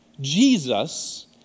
Jesus